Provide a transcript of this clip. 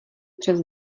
přes